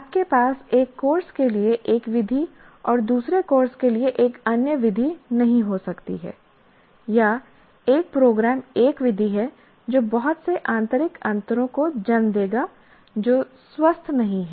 आपके पास एक कोर्स के लिए एक विधि और दूसरे कोर्स के लिए एक अन्य विधि नहीं हो सकती है या एक प्रोग्राम एक विधि है जो बहुत से आंतरिक अंतरों को जन्म देगा जो स्वस्थ नहीं है